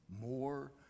more